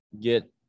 get